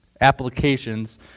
applications